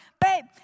Babe